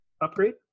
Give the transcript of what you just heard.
upgrade